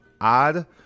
odd